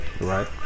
Right